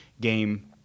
game